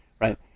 right